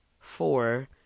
four